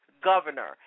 governor